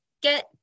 get